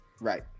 right